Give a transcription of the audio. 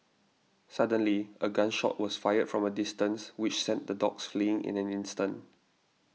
suddenly a gun shot was fired from a distance which sent the dogs fleeing in an instant